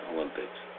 Olympics